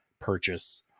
purchase